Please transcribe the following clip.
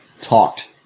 talked